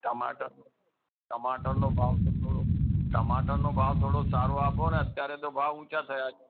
ટમાટર ટમાટરનો ભાવ તો થોડો ટામેટાંનો ભાવ થોડો સારો આપો ને અત્યારે તો ભાવ ઉંચા થયાં છે